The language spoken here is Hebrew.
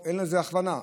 ואין הכְוונה.